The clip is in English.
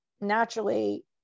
naturally